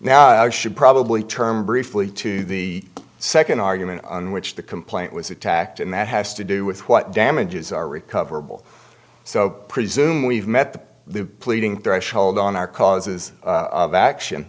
now i should probably term briefly to the second argument on which the complaint was attacked and that has to do with what damages are recoverable so presume we've met the pleading threshold on our causes action